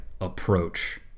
approach